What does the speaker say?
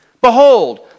Behold